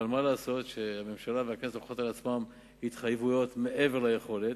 אבל מה לעשות שהממשלה והכנסת לוקחות על עצמן התחייבויות מעבר ליכולת.